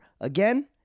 again